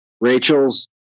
Rachel's